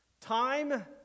time